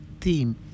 theme